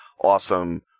awesome